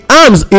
arms